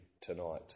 tonight